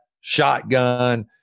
shotgun